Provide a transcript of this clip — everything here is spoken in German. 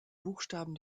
buchstaben